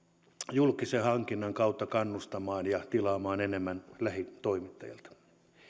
julkisen hankinnan kautta kannustamaan ja tilaamaan enemmän lähitoimittajilta